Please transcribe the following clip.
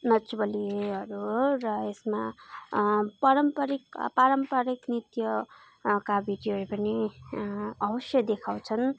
नाँच बलिएहरू हो र यसमा पारम्परिक पारम्परिक नृत्यका भिडियोहरू पनि अवश्य देखाउँछन्